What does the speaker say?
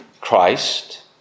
Christ